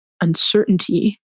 uncertainty